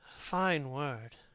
fine word